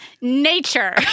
Nature